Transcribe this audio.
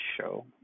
show